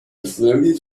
reflected